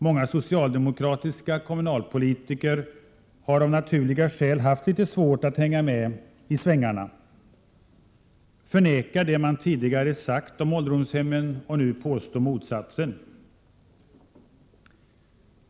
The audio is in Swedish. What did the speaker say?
Många socialdemokratiska kommunalpolitiker har av naturliga skäl haft litet svårt att hänga med i svängarna, förneka det man tidigare sagt om ålderdomshemmen och nu påstå motsatsen.